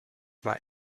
war